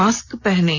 mask पहनें